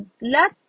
let